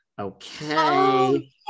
okay